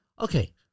okay